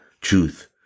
truth